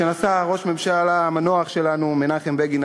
שנשא ראש הממשלה שלנו המנוח מנחם בגין,